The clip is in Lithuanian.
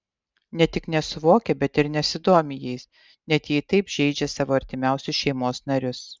ne tik nesuvokia bet ir nesidomi jais net jei taip žeidžia savo artimiausius šeimos narius